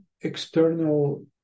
external